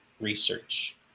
Research